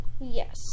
Yes